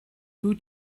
who